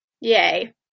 Yay